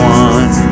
one